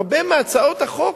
הרבה מהצעות החוק,